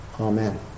Amen